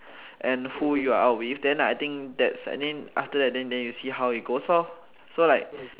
and who you are out with then I think that's and then after that then then you see how it goes lor so like